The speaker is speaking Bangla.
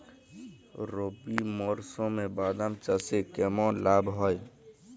রবি মরশুমে বাদাম চাষে কেমন লাভ হয়?